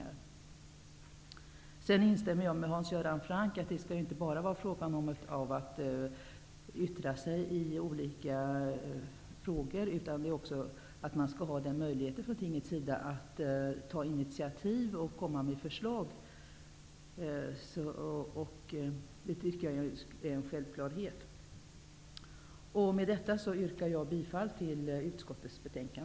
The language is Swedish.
Jag instämmer med Hans Göran Franck att det inte bara skall vara fråga om att yttra sig i olika frågor, utan tinget skall ha möjligheter att ta initiativ och komma med förslag. Det är en självklarhet. Med detta yrkar jag bifall till utskottets hemställan.